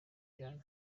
jeanne